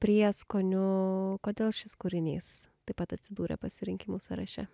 prieskoniu kodėl šis kūrinys taip pat atsidūrė pasirinkimų sąraše